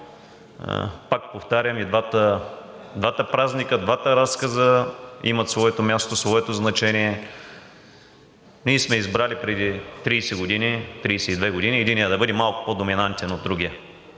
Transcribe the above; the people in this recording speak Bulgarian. пак повтарям, и двата празника, двата разказа имат своето място, своето значение. Ние сме избрали преди 32 години единият да бъде малко по-доминантен от другия.